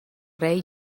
ray